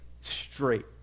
straight